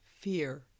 fear